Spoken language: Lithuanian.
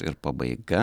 ir pabaiga